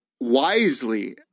wisely